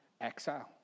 exile